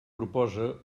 proposa